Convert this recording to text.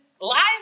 live